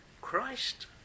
Christ